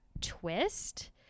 twist